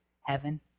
Heaven